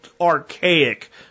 archaic